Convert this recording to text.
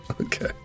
Okay